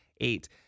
eight